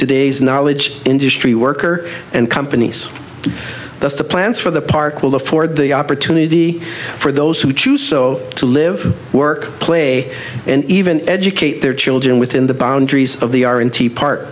today's knowledge industry worker and companies that's the plans for the park will afford the opportunity for those who choose to live work play and even educate their children within the boundaries of the r and t part